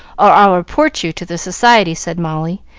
or i'll report you to the society, said molly,